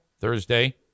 Thursday